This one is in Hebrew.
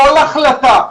כל החלטה,